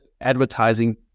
advertising